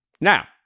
now